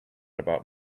about